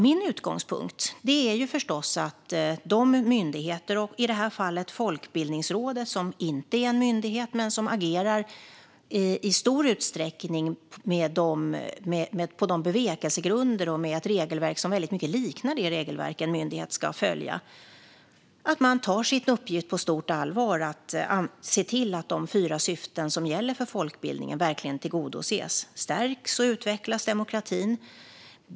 Min utgångspunkt är förstås att Folkbildningsrådet, som inte är en myndighet men som i stor utsträckning agerar på bevekelsegrunder och med regelverk som i mycket liknar det en myndighet ska följa, tar sin uppgift på stort allvar och ser till att de fyra syften som gäller för folkbildningen verkligen tillgodoses. Stärks och utvecklas demokratin?